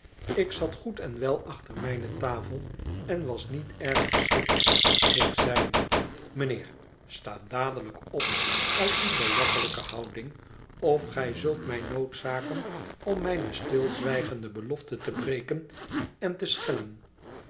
ik zat goed en wel achter mijne tafel en was niet erg verschrikt ik zeide mijnheer sta dadelijk op uit die belachelijke houding of gij zult mij noodzaken om mijne stilzwijgende belofte te breken en te schellen